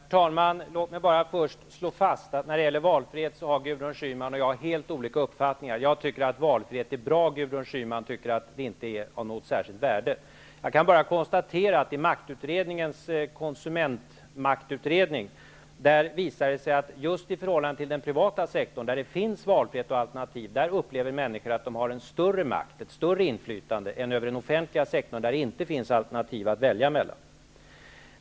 Herr talman! Låt mig bara först slå fast att Gudrun Schyman och jag har helt olika uppfattningar när det gäller valfrihet. Jag tycker att valfrihet är bra, och Gudrun Schyman tycker att det inte har något särskilt värde. Jag kan bara konstatera att det i maktutredningens konsumentmaktutredning visar sig, att just i förhållande till den privata sektorn, där det finns valfrihet och alternativ, upplever människor att de har större makt och inflytande än över den offentliga sektorn, där det inte finns alternativ att välja mellan.